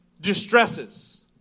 distresses